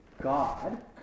God